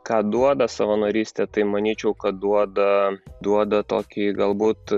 ką duoda savanarystė tai manyčiau kad duoda duoda tokį galbūt